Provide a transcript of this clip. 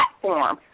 platform